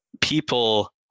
People